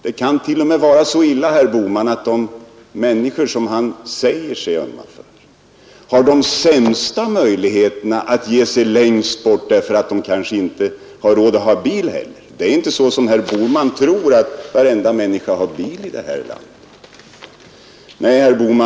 Det kan till och med vara så illa att de människor som herr Bohman säger sig ömma för har de sämsta möjligheterna att ge sig längst bort, därför att de kanske inte har råd att ha bil heller. Det är inte så, som tydligen herr Bohman tror, att varenda människa i det här landet har bil.